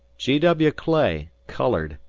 g. w. clay, coloured,